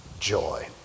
joy